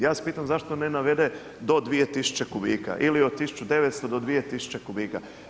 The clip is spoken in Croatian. Ja vas pitam zašto ne navede do 2000 kubika ili od 1900 do 2000 kubika.